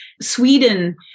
Sweden